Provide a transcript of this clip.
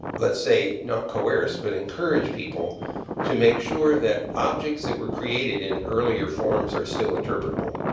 let's say, not coerce, but encourage people to make sure that objects that were created in earlier forms are still interpretable?